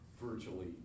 virtually